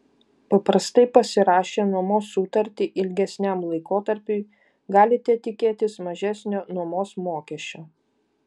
paprastai pasirašę nuomos sutartį ilgesniam laikotarpiui galite tikėtis mažesnio nuomos mokesčio